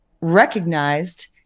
recognized